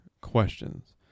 questions